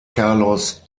carlos